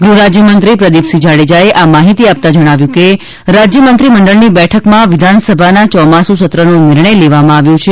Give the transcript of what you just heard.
ગુહરાજ્યમંત્રી શ્રી પ્રદીપસિંહ જાડેજાએ આ માહિતી આપતા જણાવ્યું હતું કે રાજ્ય મંત્રી મંડળની બેઠકમાં વિધાન સભાના ચોમાસું સત્રનો નિર્ણય લેવામાં આવ્યો છે